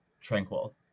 tranquil